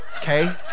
Okay